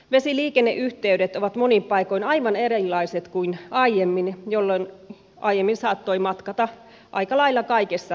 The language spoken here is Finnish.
vesiliikenneyhteydet ovat monin paikoin aivan erilaiset kuin aiemmin jolloin saattoi matkata aika lailla kaikessa rauhassa